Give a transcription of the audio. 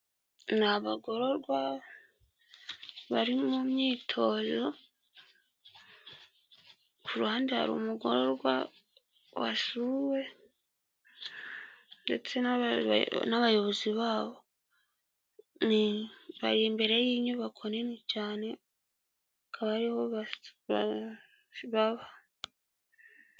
Ni abagororwa bari mu myitoro, ku ruhande hari umugororwa wasuwe, ndetse n'abayobozi b'abo, bari imbere y'inyubako nini cyane, akaba ariho baba.